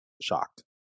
shocked